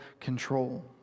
control